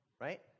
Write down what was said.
right